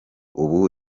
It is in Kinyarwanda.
ubu